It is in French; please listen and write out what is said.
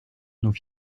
nous